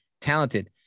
talented